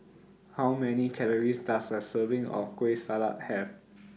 How Many Calories Does A Serving of Kueh Salat Have